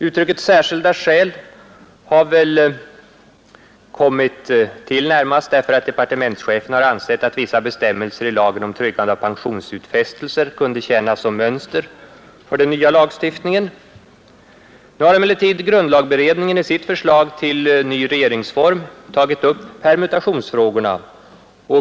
Uttrycket ”särskilda skäl” har väl kommit till närmast därför att departementschefen har ansett att vissa bestämmelser i lagen om tryggande av pensionsutfästelser kunde tjäna som mönster för den nya lagstiftningen. Nu har emellertid grundlagberedningen i sitt förslag till ny regeringsform tagit upp permutationsfrågorna.